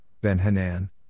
Ben-Hanan